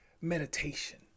meditation